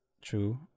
true